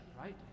right